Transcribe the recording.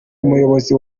umuyobozi